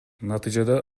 натыйжада